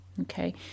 Okay